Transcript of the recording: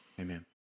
Amen